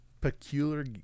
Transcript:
peculiar